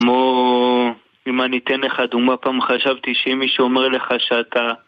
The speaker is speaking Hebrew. כמו אם אני אתן לך דוגמה, פעם חשבתי שאם מישהו אומר לך שאתה...